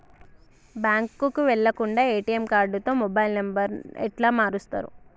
బ్యాంకుకి వెళ్లకుండా ఎ.టి.ఎమ్ కార్డుతో మొబైల్ నంబర్ ఎట్ల మారుస్తరు?